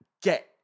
get